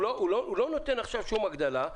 הוא לא נותן עכשיו שום הגדלה.